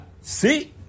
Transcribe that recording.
See